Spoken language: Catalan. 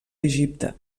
egipte